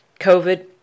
COVID